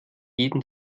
jeden